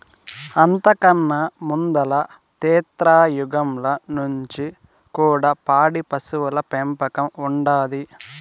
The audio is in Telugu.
అంతకన్నా ముందల త్రేతాయుగంల నుంచి కూడా పాడి పశువుల పెంపకం ఉండాది